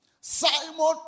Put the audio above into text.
Simon